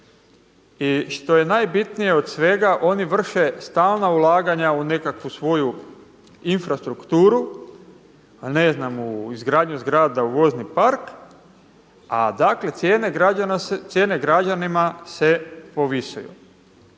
I što je najbitnije od svega oni vrše stalna ulaganja u nekakvu svoju infrastrukturu, ne znam u izgradnju zgrada u vozni park a dakle cijene građanima se povisuju.